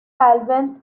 eleventh